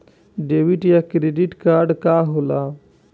Debit या credit card का होला?